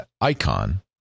icon